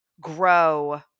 grow